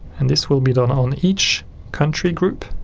and this will be done on each country group